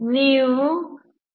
ನೀವು 2n